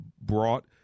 brought